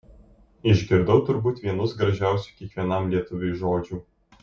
išgirdau turbūt vienus gražiausių kiekvienam lietuviui žodžių